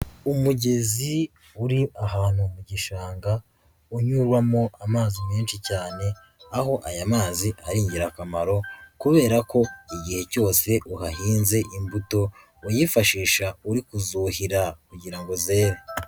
Umugezi uri ahantu mu gishanga unyuramo amazi menshi cyane aho aya mazi ari ingirakamaro kubera ko igihe cyose uhahinze imbuto uyifashisha uri kuzuhira kugira ngo zere.